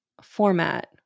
format